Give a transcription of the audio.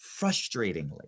frustratingly